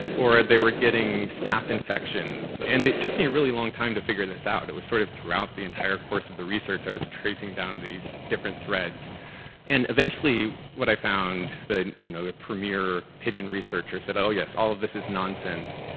or they were getting staph infections. and it took me a really long time to figure this out. it was sort of throughout the entire course of the research, i was tracing down these different threads and eventually, what i found, the you know the premier pigeon researcher said, all of all of this is nonsense.